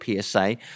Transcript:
PSA